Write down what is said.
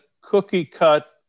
cookie-cut